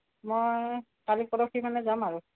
মই কালি পৰহি মানে যাম আৰু